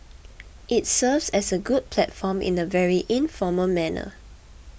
it serves as a good platform in a very informal manner